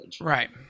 Right